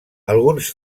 alguns